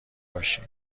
باشی